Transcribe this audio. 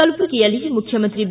ಕಲಬುರಗಿಯಲ್ಲಿ ಮುಖ್ಯಮಂತ್ರಿ ಬಿ